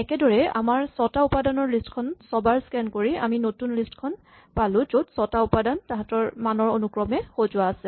এনেদৰে আমাৰ ছটা উপাদানৰ লিষ্ট খনত ছবাৰ স্কেন কৰি আমি এই নতুন লিষ্ট খন পালো য'ত ছটা উপাদান তাহাঁতৰ মানৰ অনুক্ৰমে সজোৱা আছে